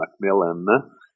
Macmillan